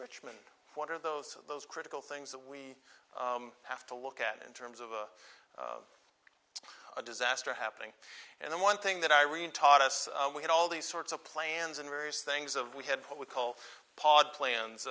richmond what are those those critical things that we have to look at in terms of a a disaster happening and the one thing that i really taught us we had all these sorts of plans and various things of we had what we call pod plans